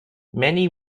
many